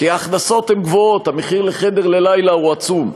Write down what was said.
כי ההכנסות הן גבוהות, המחיר לחדר ללילה הוא עצום.